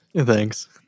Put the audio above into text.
Thanks